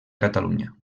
catalunya